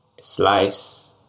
slice